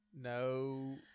No